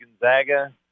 Gonzaga